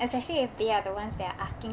especially if they are the ones that are asking